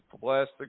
plastic